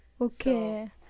Okay